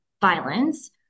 violence